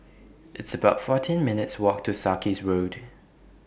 It's about fourteen minutes' Walk to Sarkies Road